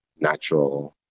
natural